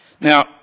Now